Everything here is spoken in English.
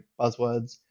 buzzwords